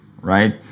right